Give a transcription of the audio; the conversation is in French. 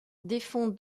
défend